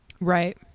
Right